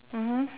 mmhmm